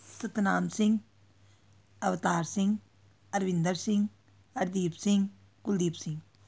Satnam Singh Avtar Singh Arvinder Singh Hardeep Singh Kuldeep Singh